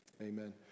Amen